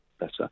better